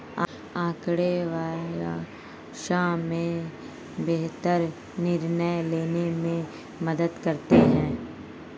आँकड़े व्यवसाय में बेहतर निर्णय लेने में मदद करते हैं